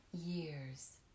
years